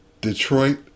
Detroit